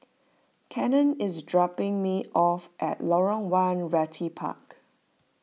Cannon is dropping me off at Lorong one Realty Park